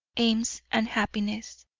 aims, and happiness.